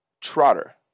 Trotter